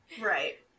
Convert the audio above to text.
Right